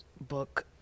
book